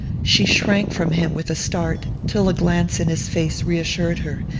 she shrank from him with a start till a glance in his face reassured her,